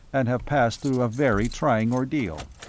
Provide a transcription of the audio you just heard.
and have passed through a very trying ordeal.